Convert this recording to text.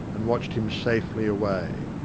and watched him safely away.